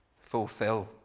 fulfilled